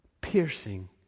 piercing